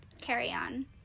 carry-on